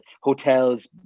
hotels